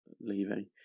leaving